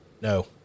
No